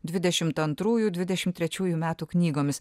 dvidešimt antrųjų dvidešimt trečiųjų metų knygomis